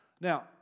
Now